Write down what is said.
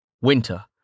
Winter